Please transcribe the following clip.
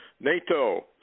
NATO